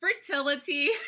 fertility